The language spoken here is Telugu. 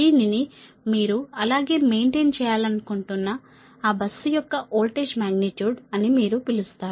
దీనిని మీరు అలాగే మెయింటెయిన్ చేయాలనుకుంటున్న ఆ బస్సు యొక్క వోల్టేజ్ మాగ్నిట్యూడ్ అని మీరు పిలుస్తారు